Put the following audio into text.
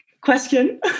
question